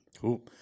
Cool